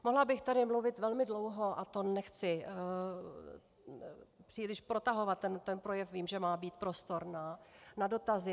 Mohla bych tady mluvit velmi dlouho, a nechci příliš protahovat ten projev, vím, že má být prostor na dotazy.